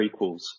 prequels